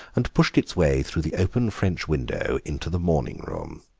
and pushed its way through the open french window into the morning-room.